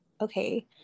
okay